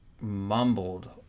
mumbled